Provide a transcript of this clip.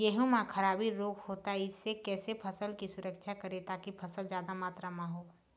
गेहूं म खराबी रोग होता इससे कैसे फसल की सुरक्षा करें ताकि फसल जादा मात्रा म हो?